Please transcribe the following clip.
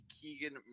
keegan